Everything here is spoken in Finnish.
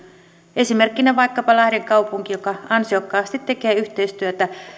esimerkkinä vaikkapa lahden kaupunki joka ansiokkaasti tekee yhteistyötä